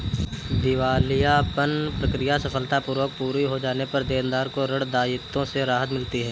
दिवालियापन प्रक्रिया सफलतापूर्वक पूरी हो जाने पर देनदार को ऋण दायित्वों से राहत मिलती है